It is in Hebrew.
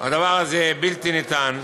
הדבר הזה בלתי ניתן.